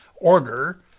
order